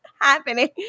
happening